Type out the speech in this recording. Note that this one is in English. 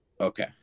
Okay